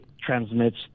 transmits